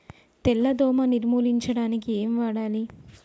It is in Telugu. తెల్ల దోమ నిర్ములించడానికి ఏం వాడాలి?